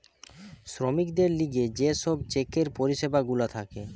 শ্রমিকদের লিগে যে সব চেকের পরিষেবা গুলা থাকে